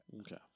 Okay